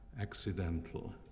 accidental